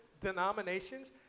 denominations